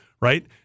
right